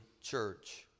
church